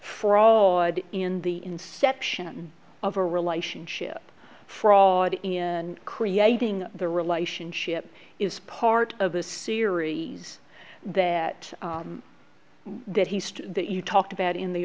fraud in the inception of a relationship fraud and creating the relationship is part of a series that that he sed that you talked about in the